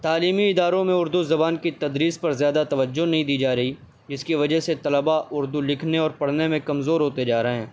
تعلیمی اداروں میں اردو زبان کی تدریس پر زیادہ توجہ نہیں دی جا رہی جس کی وجہ سے طلباء اردو کو لکھنے اور پڑھنے میں کمزور ہوتے جا رہے ہیں